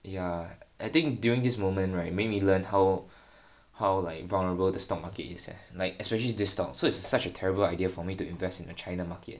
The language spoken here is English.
ya I think during this moment right make me learn how how like vulnerable the stock market is eh like especially this stock so it's such a terrible idea for me to invest in the China market